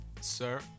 sir